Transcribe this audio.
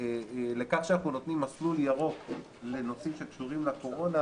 שאנחנו נותנים מסלול ירוק לנושאים שקשורים לקורונה,